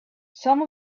some